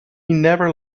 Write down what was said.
never